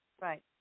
Right